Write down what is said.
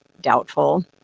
Doubtful